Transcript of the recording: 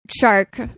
shark